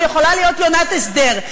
היא יכולה להיות יונת הסדר,